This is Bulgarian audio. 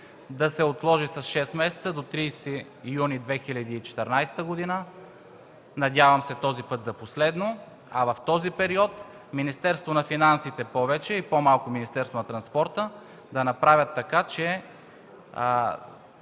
да се отложи със шест месеца – до 30 юни 2014 г., надявам се този път за последно, а в този период Министерството на финансите – повече, и по-малко Министерството на транспорта, да направят така, че